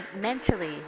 Mentally